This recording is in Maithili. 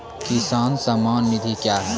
किसान सम्मान निधि क्या हैं?